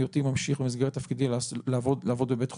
היותי ממשיך במסגרת תפקידי לעבוד בבית חולים.